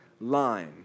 line